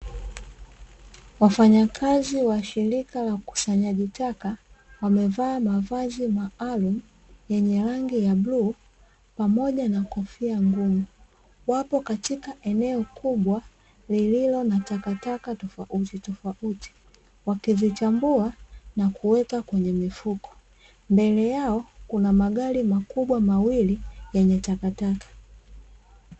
Wafanyakazi wa shirika la ukusanyaji taka, wamevaa mavazi maalumu yenye rangi ya bluu pamoja na kofia ngumu. Wapo katika eneo kubwa lililo na takataka tofautitofauti, wakizichambua na kuweka kwenye mifuko. Mbele yao kuna magari makubwa mawili yenye takataka.